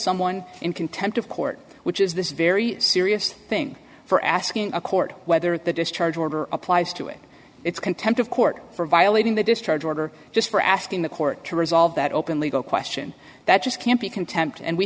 someone in contempt of court which is this very serious thing for asking a court whether the discharge order applies to it it's contempt of court for violating the discharge order just for asking the court to resolve that open legal question that just can't be contempt and we